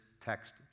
text